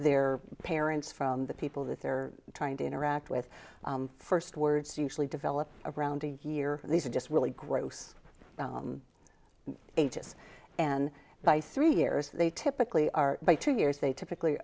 their parents from the people that they're trying to interact with first words usually develop around a year these are just really gross ages and by three years they typically are by two years they typically